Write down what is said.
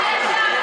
היית?